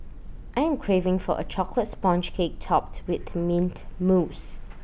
I am craving for A Chocolate Sponge Cake Topped with Mint Mousse